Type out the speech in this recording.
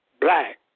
black